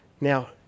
now